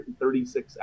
136